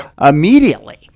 immediately